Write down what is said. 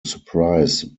surprise